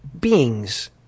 beings